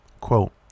quote